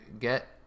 get